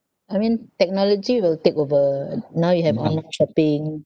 I mean technology will take over now you have online shopping